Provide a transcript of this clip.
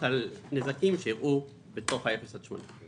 על נזקים שאירעו בתוך האזור של 0 80 קילומטר.